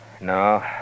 No